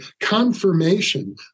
confirmation